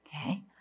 Okay